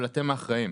אבל אתם האחראים?